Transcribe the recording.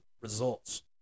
results